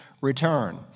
return